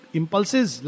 impulses